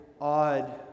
odd